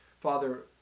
Father